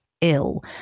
ill